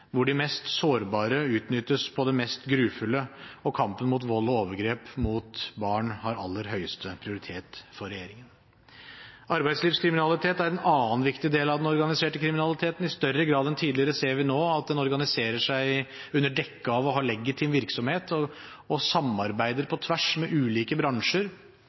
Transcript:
hvor de mest sårbare utnyttes på det mest grufulle. Kampen mot vold og overgrep mot barn har aller høyeste prioritet for regjeringen. Arbeidslivskriminalitet er en annen viktig del av den organiserte kriminaliteten. I større grad enn tidligere ser vi nå at den organiserer seg under dekke av å ha legitim virksomhet, samarbeider på tvers med ulike bransjer